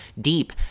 deep